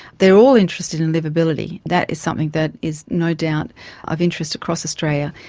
they are all interested in liveability, that is something that is no doubt of interest across australia.